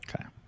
Okay